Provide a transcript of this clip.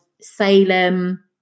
Salem